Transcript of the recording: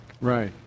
Right